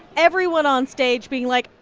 everyone on stage being like,